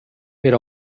per